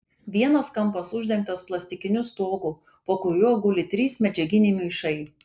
vienas kampas uždengtas plastikiniu stogu po kuriuo guli trys medžiaginiai maišai